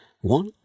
One